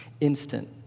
instant